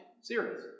series